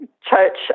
church